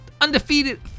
Undefeated